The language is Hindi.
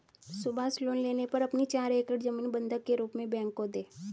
सुभाष लोन लेने पर अपनी चार एकड़ जमीन बंधक के रूप में बैंक को दें